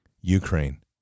Ukraine